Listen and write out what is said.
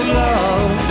love